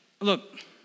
look